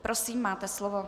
Prosím, máte slovo.